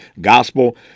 gospel